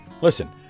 Listen